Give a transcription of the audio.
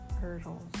Hurdles